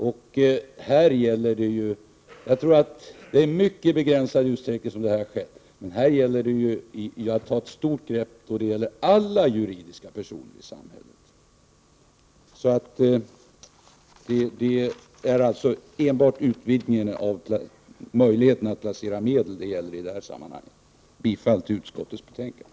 Sådant innehav har förekommit i en mycket begränsad utsträckning, men det gäller att ta ett stort grepp i fråga om alla juridiska personer i samhället. I detta sammanhang gäller det alltså enbart en utvidgning av möjligheten att placera medel. Jag yrkar bifall till utskottets hemställan.